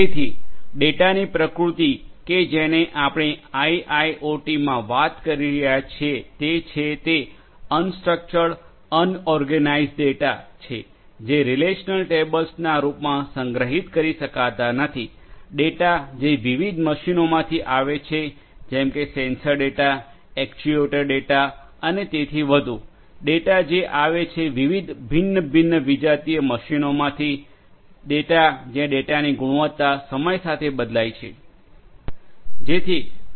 તેથી ડેટાની પ્રકૃતિ કે જેની આપણે આઇઆઇઓટી માં વાત કરી રહ્યા છીએ તે છે તે અનસ્ટ્રકચડ અનઓર્ગેનાઝડ ડેટા છે જે રિલેશનલ ટેબલ્સ ના રૂપમાં સંગ્રહિત કરી શકાતા નથી ડેટા જે વિવિધ મશીનોમાંથી આવે છે જેમકે સેન્સર ડેટા એક્ચ્યુએટર ડેટા અને તેથી વધુ ડેટા જે આવે છે વિવિધ ભિન્ન ભિન્ન વિજાતીય મશીનોમાંથી ડેટા જ્યાં ડેટાની ગુણવત્તા સમય સાથે બદલાય છે